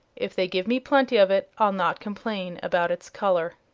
if they give me plenty of it i'll not complain about its color.